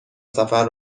سفر